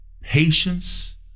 patience